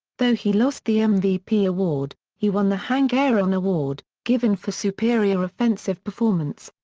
though he lost the mvp award, he won the hank aaron award, given for superior offensive performance.